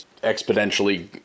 exponentially